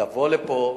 לבוא לפה,